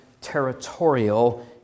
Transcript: territorial